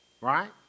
right